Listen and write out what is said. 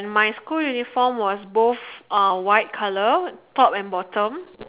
and my school uniform was both uh white colour top and bottom